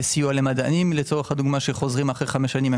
סיוע למדענים למשל שחוזרים אחרי חמש שנים,